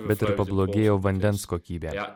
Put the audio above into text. bet ir pablogėjo vandens kokybė